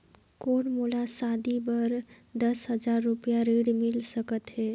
कौन मोला शादी बर दस हजार रुपिया ऋण मिल सकत है?